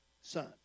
son